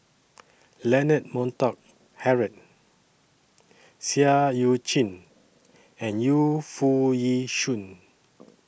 Leonard Montague Harrod Seah EU Chin and Yu Foo Yee Shoon